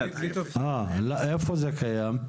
--- איפה זה קיים?